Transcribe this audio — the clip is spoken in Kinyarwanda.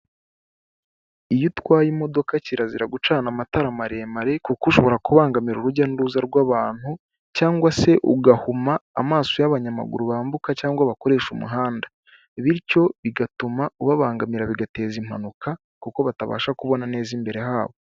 Iyo utwaye imodoka kirazira gucana amatara maremare, kuko ushobora kubangamira urujya n'uruza rw'abantu cyangwa se ugahuma amaso y'abanyamaguru bambuka cyangwa bakoresha umuhanda. Bityo bigatuma ubabangamira bigateza impanuka, kuko batabasha kubona neza imbere habo.